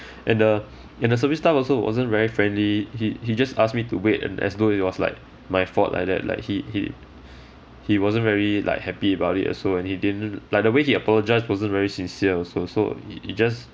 and the and the service staff also wasn't very friendly he he just ask me to wait and as though it was like my fault like that like he he he wasn't very like happy about it also and he didn't like the way he apologised wasn't very sincere also so he just